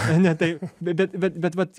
ne taip bet bet bet vat